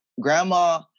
Grandma